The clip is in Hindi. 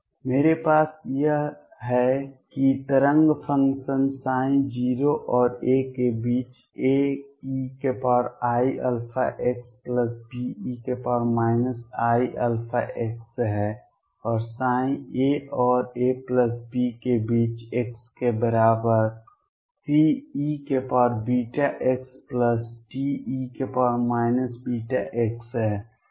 मेरे पास यह है कि तरंग फ़ंक्शन 0 और a के बीच AeiαxBe iαx है और a और a b के बीच x के बराबर CeβxDe βx है